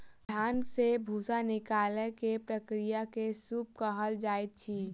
धान से भूस्सा निकालै के प्रक्रिया के सूप कहल जाइत अछि